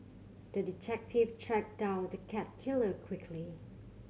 the detective tracked down the cat killer quickly